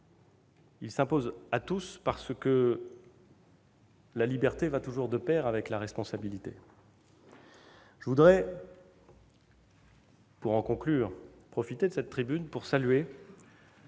Il s'impose à tous, parce que la liberté va toujours de pair avec la responsabilité. Je voudrais profiter de cette tribune pour saluer